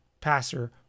passer